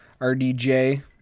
RDJ